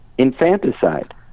infanticide